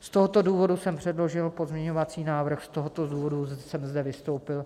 Z tohoto důvodu jsem předložil pozměňovací návrh, z tohoto důvodu jsem zde vystoupil.